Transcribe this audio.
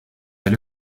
allé